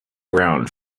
around